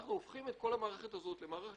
אנחנו הופכים את כל המערכת הזאת למערכת